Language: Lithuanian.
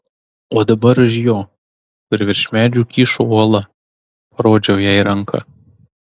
o dabar už jo kur virš medžių kyšo uola parodžiau jai ranka